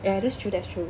ya that's true that's true